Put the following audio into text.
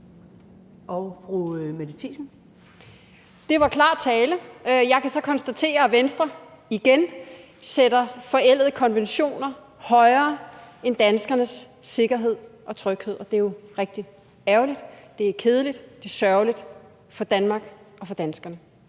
12:43 Mette Thiesen (NB): Det var klar tale. Jeg kan så konstatere, at Venstre igen sætter forældede konventioner højere end danskernes sikkerhed og tryghed. Det er jo rigtig ærgerligt, det er kedeligt, og det er sørgeligt for Danmark og for danskerne.